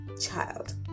child